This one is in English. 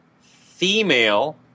female